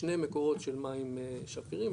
שני מקורות מים שפירים,